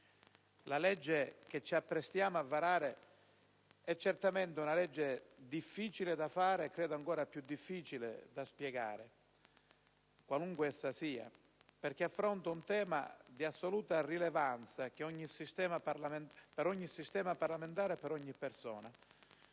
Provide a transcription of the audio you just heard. che ci apprestiamo a varare è certamente una legge difficile da fare e credo ancora più difficile da spiegare, qualunque essa sia, perché affronta un tema di assoluta rilevanza per ogni sistema parlamentare e per ogni persona.